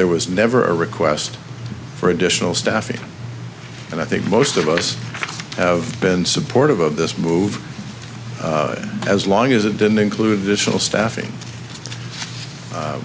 there was never a request for additional staffing and i think most of us have been supportive of this move as long as it didn't include this full staffing